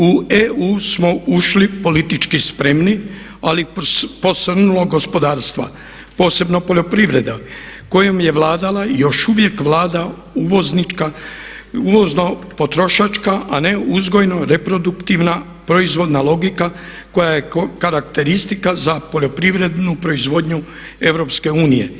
U EU smo ušli politički spremni ali posrnulog gospodarstva posebno poljoprivrede kojom je vladala i još uvijek vlada uvoznička, uvozno potrošačka a ne uzgojno reproduktivna proizvodna logika koja je karakteristika za poljoprivrednu proizvodnju EU.